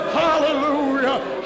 hallelujah